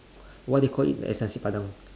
what they call it as nasi padang